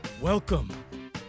welcome